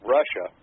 Russia